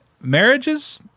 marriages